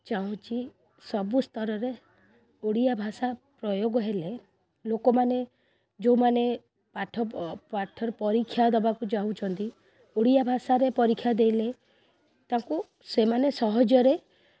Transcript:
ଚାହୁଁଚି ସବୁ ସ୍ତରରେ ଓଡ଼ିଆ ଭାଷା ପ୍ରୟୋଗ ହେଲେ ଲୋକମାନେ ଯେଉଁମାନେ ପାଠ ପ ପାଠରେ ପରୀକ୍ଷା ଦେବାକୁ ଚାହୁଁଛନ୍ତି ଓଡ଼ିଆ ଭାଷାରେ ପରୀକ୍ଷା ଦେଲେ ତାଙ୍କୁ ସେମାନେ ସହଜରେ